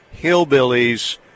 hillbillies